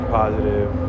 positive